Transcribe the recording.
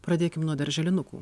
pradėkim nuo darželinukų